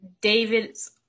David's